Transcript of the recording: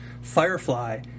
Firefly